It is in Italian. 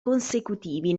consecutivi